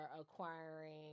acquiring